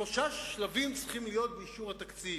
שלושה שלבים צריכים להיות באישור התקציב.